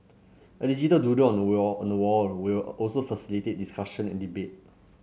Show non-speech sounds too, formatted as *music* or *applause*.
a digital doodle *unintelligible* wall will also facilitate discussion and debate